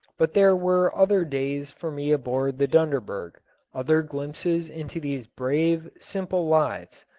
but there were other days for me aboard the dunderberg other glimpses into these brave, simple lives.